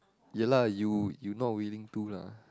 ya lah you you not willing to lah